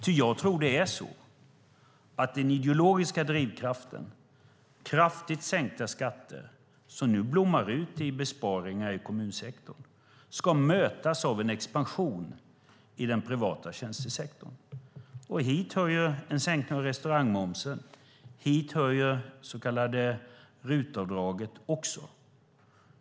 Ty jag tror det är så att den ideologiska drivkraften, kraftigt sänkta skatter som nu blommar ut i besparingar i kommunsektorn, ska mötas av en expansion i den privata tjänstesektorn. Hit hör en sänkning av restaurangmomsen och också det så kallade RUT-avdraget.